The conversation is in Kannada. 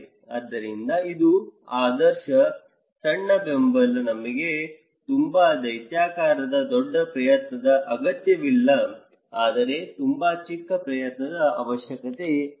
ಆದ್ದರಿಂದ ಇದು ಆದರ್ಶ ಸಣ್ಣ ಬೆಂಬಲ ನಮಗೆ ತುಂಬಾ ದೈತ್ಯಾಕಾರದ ದೊಡ್ಡ ಪ್ರಯತ್ನದ ಅಗತ್ಯವಿಲ್ಲ ಆದರೆ ತುಂಬಾ ಚಿಕ್ಕ ಪ್ರಯತ್ನದ ಅವಶ್ಯಕತೆ ಇದೆ